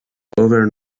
over